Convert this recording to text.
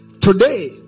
Today